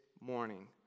morning